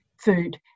food